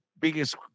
biggest